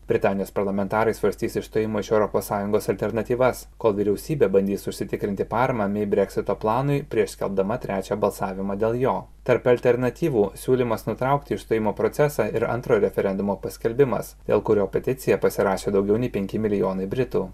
britanijos parlamentarai svarstys išstojimo iš europos sąjungos alternatyvas kol vyriausybė bandys užsitikrinti paramą mei breksito planui prieš skelbdama trečią balsavimą dėl jo tarp alternatyvų siūlymas nutraukti išstojimo procesą ir antrojo referendumo paskelbimas dėl kurio peticiją pasirašė daugiau nei penki milijonai britų